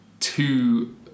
Two